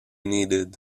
needed